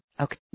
Okay